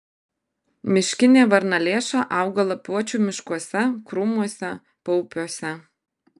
miškinė varnalėša auga lapuočių miškuose krūmuose paupiuose